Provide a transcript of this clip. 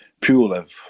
Pulev